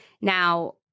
Now